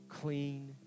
clean